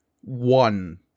one